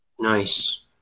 nice